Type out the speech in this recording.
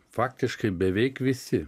faktiškai beveik visi